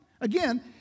again